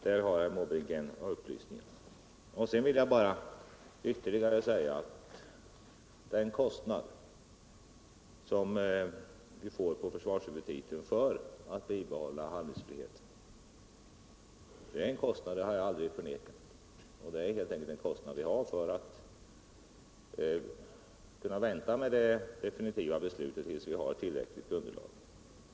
Där har herr Måbrink en upplysning. Den kostnad som vi får på försvarshuvudtiteln för att bibehålla handlingsfriheten har jag aldrig förnekat. Det är helt enkelt den kostnad vi har för att kunna vänta med det definitiva beslutet tills vi har tillräckligt underlag.